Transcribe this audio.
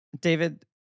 David